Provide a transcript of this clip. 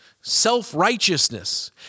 self-righteousness